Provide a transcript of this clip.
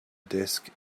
disk